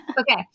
Okay